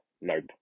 Nope